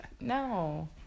No